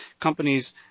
companies